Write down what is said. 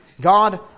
God